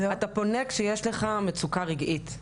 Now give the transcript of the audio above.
אתה פונה כשיש לך מצוקה רגעית,